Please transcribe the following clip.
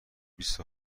بیست